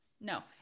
No